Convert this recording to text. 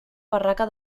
barraca